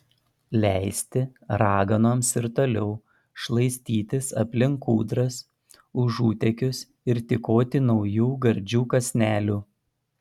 leisti raganoms ir toliau šlaistytis aplink kūdras užutėkius ir tykoti naujų gardžių kąsnelių